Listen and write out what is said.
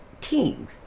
team